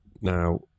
Now